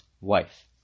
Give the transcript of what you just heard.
wife